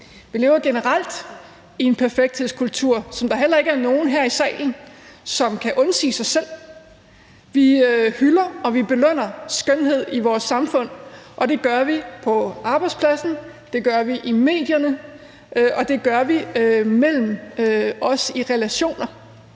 Vi lever generelt i en perfekthedskultur, som der heller ikke er nogen her i salen der kan undsige sig at være en del af. Vi hylder og vi belønner skønhed i vores samfund. Det gør vi på arbejdspladsen, det gør vi i medierne,